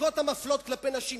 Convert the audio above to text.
הפסיקות המפלות כלפי נשים.